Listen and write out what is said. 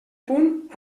punt